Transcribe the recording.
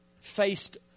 faced